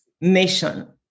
Nation